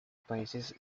países